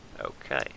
Okay